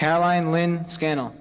caroline lynn scandal